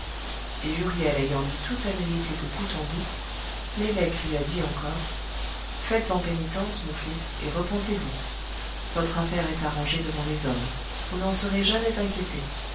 et huriel ayant dit toute la vérité de bout en bout l'évêque lui a dit encore faites-en pénitence mon fils et repentez-vous votre affaire est arrangée devant les hommes vous n'en serez jamais inquiété